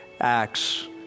Acts